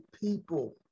people